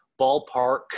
ballpark